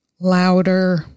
louder